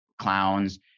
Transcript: clowns